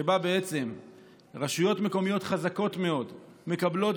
שבו בעצם רשויות מקומיות חזקות מאוד מקבלות